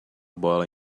bola